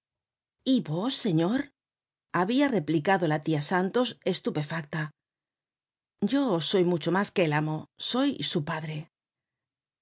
y vos señor habia replicado la tia santos estupefacta yo soy mucho mas que el amo soy su padre